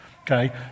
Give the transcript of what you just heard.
Okay